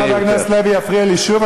אם חבר הכנסת מיקי לוי יפריע לי שוב,